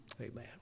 amen